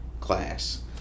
class